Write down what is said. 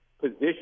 position